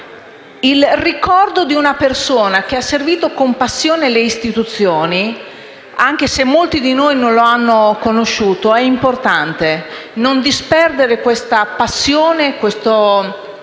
il ricordo di un persona che ha servito con passione le istituzioni, anche se molti di noi non lo hanno conosciuto, è importante per non disperdere questa passione, questo